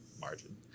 margin